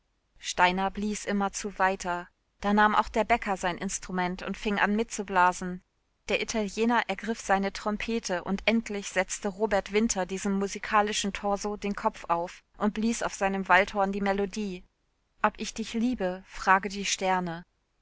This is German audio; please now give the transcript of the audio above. steiner blies immerzu weiter da nahm auch der bäcker sein instrument und fing an mitzublasen der italiener ergriff seine trompete und endlich setzte robert winter diesem musikalischen torso den kopf auf und blies auf seinem waldhorn die melodie ob ich dich liebe frage die sterne